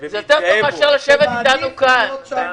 שמעדיף להיות שם.